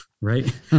right